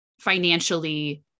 financially